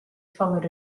followed